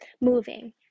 Moving